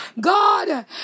God